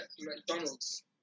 McDonald's